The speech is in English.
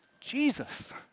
Jesus